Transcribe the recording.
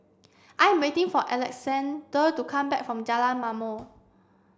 I am waiting for Alexandr to come back from Jalan Ma'mor